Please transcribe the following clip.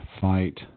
fight